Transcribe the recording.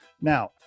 Now